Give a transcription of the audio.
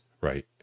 right